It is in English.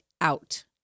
out